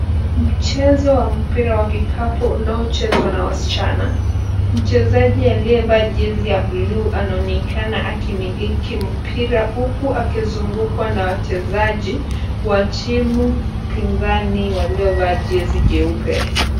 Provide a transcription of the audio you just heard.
Mchezo wa mpira wa kikapu unaochezwa na wasichana. Mchezaji aliyevaa jezi ya blue anaonekana akimiliki mpira huku akizungukwa na wachezaji wa timu pinzani waliovaa jezi nyeupe.